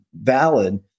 valid